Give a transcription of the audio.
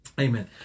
Amen